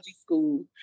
school